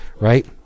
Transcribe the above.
right